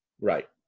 Right